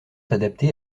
adapté